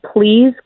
please